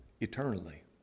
eternally